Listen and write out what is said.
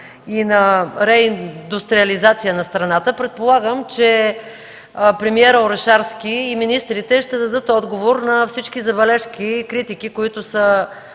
и на реиндустриализация на страната. Предполагам, че премиерът Орешарски и министрите ще дадат отговор на всички забележки и критики, които са